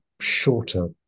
shorter